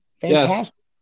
Fantastic